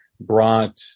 brought